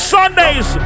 Sundays